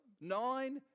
nine